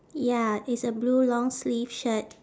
ya it's a blue long sleeve shirt